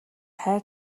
хайр